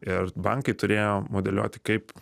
ir bankai turėjo modeliuoti kaip